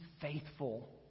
faithful